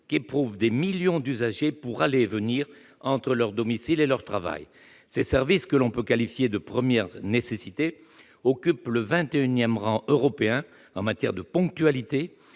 qu'éprouvent des millions d'usagers pour aller et venir entre leur domicile et leur lieu de travail. Ces services de transport que l'on peut qualifier « de première nécessité » occupent le vingt-et-unième rang européen en matière de ponctualité